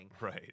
Right